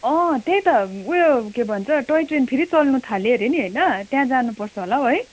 अँ त्यही त उयो के भन्छ टोय ट्रेन फेरि चल्नुथाल्यो अरे नि होइन त्यहाँ जानुपर्छ होला हौ है